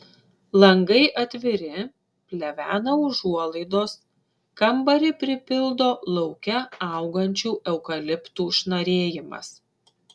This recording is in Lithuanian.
langai atviri plevena užuolaidos kambarį pripildo lauke augančių eukaliptų šnarėjimas